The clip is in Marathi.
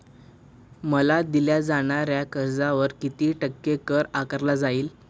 मला दिल्या जाणाऱ्या कर्जावर किती टक्के कर आकारला जाईल?